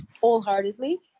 wholeheartedly